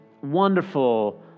wonderful